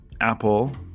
Apple